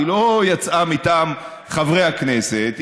היא לא יצאה מטעם חברי הכנסת,